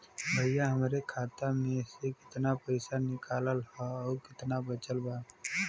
भईया हमरे खाता मे से कितना पइसा निकालल ह अउर कितना बचल बा?